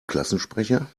klassensprecher